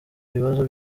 ibibazo